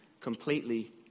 completely